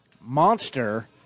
monster